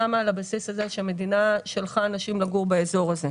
קמה על הבסיס הזה שהמדינה שלחה אנשים לגור באזור הזה.